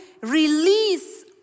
release